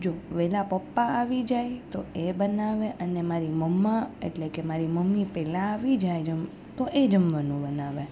જો વહેલાં પપ્પા આવી જાય તો એ બનાવે અને મારી મમ્મા એટલે કે મારી મમ્મી પહેલાં આવી જાય જમ તો એ જમવાનું બનાવે